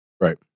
Right